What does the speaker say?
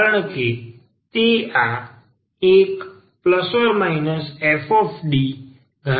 કારણ કે તે આ 1±FDઘટાડે છે